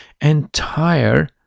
entire